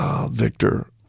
Victor